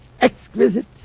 Exquisite